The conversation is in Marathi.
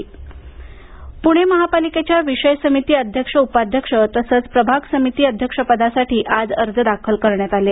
पणे पालिका पूणे महापालिकेच्या विषय समिती अध्यक्ष उपाध्यक्ष तसेच प्रभाग समिती अध्यक्ष पदासाठी आज अर्ज दाखल करण्यात आले आहेत